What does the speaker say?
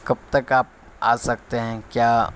کب تک آپ آ سکتے ہیں کیا